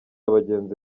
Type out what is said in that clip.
abagenzi